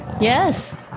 Yes